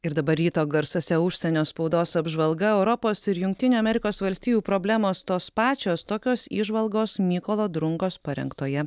ir dabar ryto garsuose užsienio spaudos apžvalga europos ir jungtinių amerikos valstijų problemos tos pačios tokios įžvalgos mykolo drungos parengtoje